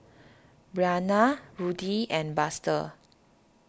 Bryana Rudy and Buster